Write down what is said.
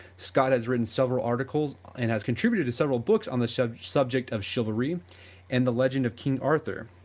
scott has written several articles and has contributed to several books on the subject subject of chivalry and the legend of king arthur.